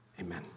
amen